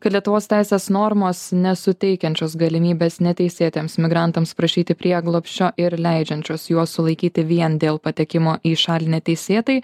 kad lietuvos teisės normos nesuteikiančios galimybės neteisėtiems migrantams prašyti prieglobsčio ir leidžiančios juos sulaikyti vien dėl patekimo į šalį neteisėtai